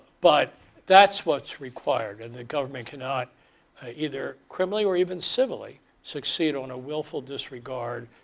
but that's what's required and the government cannot either criminally or even civilly succeed on a willful disregard,